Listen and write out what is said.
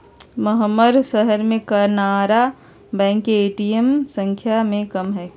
महम्मर शहर में कनारा बैंक के ए.टी.एम संख्या में कम हई